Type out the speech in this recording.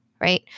right